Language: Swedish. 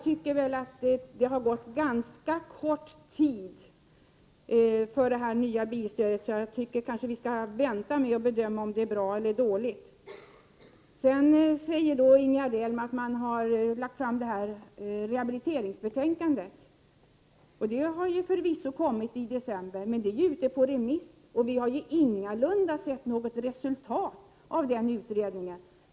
Det har gått ganska kort tid sedan det nya bilstödet infördes, så jag tycker vi bör vänta med att bedöma om det är bra eller dåligt. Ingegerd Elm säger att rehabiliteringsbetänkandet har lagts fram. Det har förvisso kommit, i december, men det är ju ute på remiss, och vi har ingalunda sett något resultat av den utredningen.